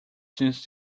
since